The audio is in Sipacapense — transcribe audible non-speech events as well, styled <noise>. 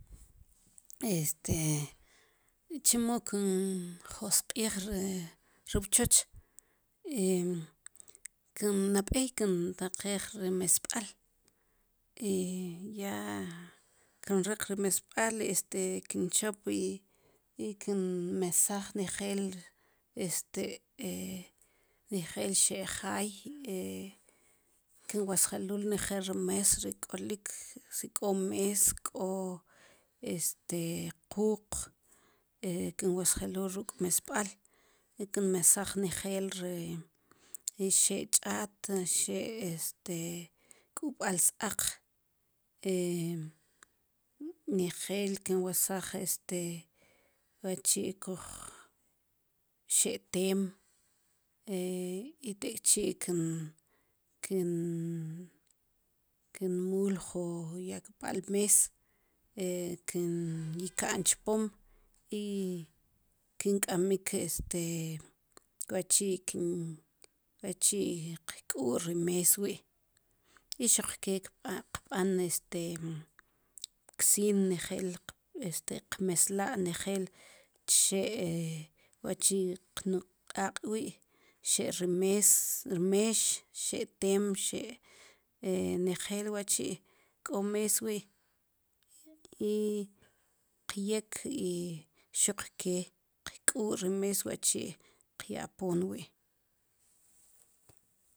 Este i chemo kin josq'ij ri ri wchech <hesitation> nab'ey kintaqij ri mesb'al i ya kinrik ri mesb'al este kinchop i kinmesaj nejel este <hesitation> nejel xe' jaay kin wesjelul nejeel ri mees ri k'olik si k'o mees k'o este quuq e kinwesjelul ruk' mesb'al i kinwesaj nejel ri xe' ch'aat xe' este k'ub'al s-aaq <hesitation> nejeel kinwesaj este wuachi' koj xe' teem <hesitation> i tek'chi' kin kin kin muul ju yakb'al mees <hesitation> kin ykan chpom i kink'amik este wachi wachi qk'u' ri mes wi' i xuq ke qb'an este pksin nejel este qmesla' nejel chxe' wachi' qnuk' q'aq' wi' xe' ri mees ri meex xe' teem xe' nejeel wachi' k'o mees wi' i qya'k i xuq ke qk'uu' ri mees wachi' qyapoon wi'